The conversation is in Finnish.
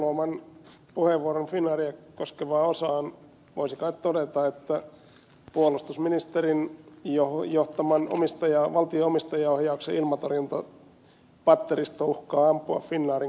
heinäluoman puheenvuoron finnairia koskevaan osaan voisi kai todeta että puolustusministerin johtaman valtion omistajaohjauksen ilmatorjuntapatteristo uhkaa ampua finnairin koneet alas